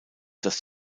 dass